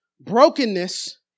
brokenness